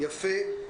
יפה.